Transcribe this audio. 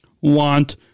want